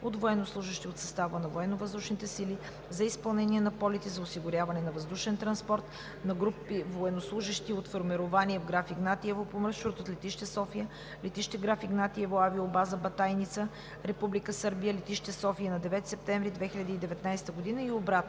от военнослужещи от състава на Военновъздушните сили за изпълнение на полети за осигуряване на въздушен транспорт на групи военнослужещи от формирования в Граф Игнатиево по маршрут от летище София – летище Граф Игнатиево – авиобаза „Батайница“, Република Сърбия – летище София, на 9 септември 2019 г. и обратно